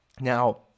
Now